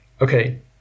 Okay